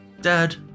Dad